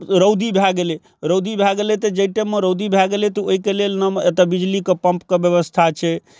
रौदी भए गेलै रौदी भए गेलै तऽ जाहि टाइममे रौदी भए गेलै तऽ ओइके लेल ने एतऽ बिजलीके पम्पके व्यवस्था छै